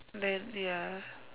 then ya